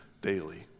daily